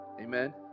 Amen